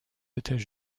états